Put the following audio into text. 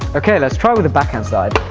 okay let's try with the backhand side